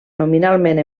nominalment